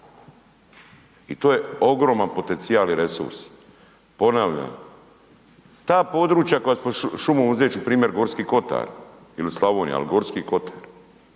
i to je ogroman potencijal i resurs. Ponavljam, ta područja koja smo šumom, uzet ću primjer Gorski kotar ili Slavonija, ali Gorski kotar